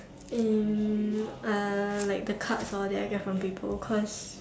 um uh like the cards all that I get from people cause